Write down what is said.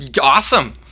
awesome